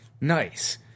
Nice